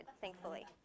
thankfully